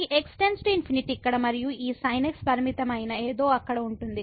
కాబట్టి ఈ x→∞ ఇక్కడ మరియు ఈ sin x లిమిట్ మైన ఏదో అక్కడ ఉంటుంది